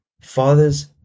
fathers